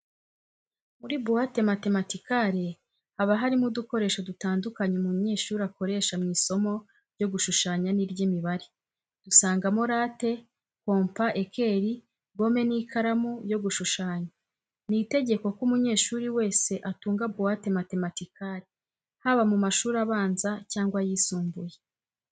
Muri buwate matematikare haba harimo udukoresho dutandukanye umunyeshuli akoresha mu isomo ryo gushushanya n'iry'imibare. Dusangamo late, kompa ekeli, gome n'ikaramu yo gushushanya. Ni itegeko ko umunyeshuri wese atunga buwate matematikare, haba mu mashuri abanza cyangwa ayisumbuye.